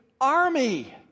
Army